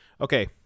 Okay